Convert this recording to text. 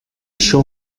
show